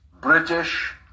British